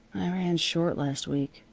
i ran short last week,